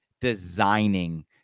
designing